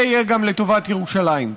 זה יהיה גם לטובת ירושלים.